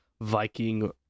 Viking